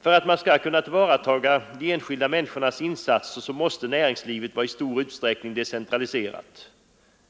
För att man skall kunna tillvarata de enskilda människornas insatser måste näringslivet vara i stor utsträckning decentraliserat.